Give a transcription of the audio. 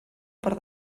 per